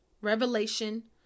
revelation